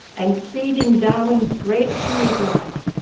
and seeding darwin's great tree of life.